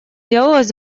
делалось